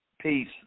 peace